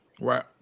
Right